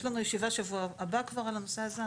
יש לנו ישיבה בשבוע הבא על הנושא הזה.